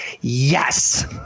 Yes